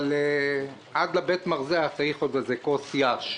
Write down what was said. אבל עד לבית המרזח צריך עוד איזה כוס י"ש,